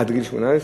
עד גיל 18,